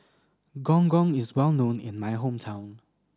Gong Gong is well known in my hometown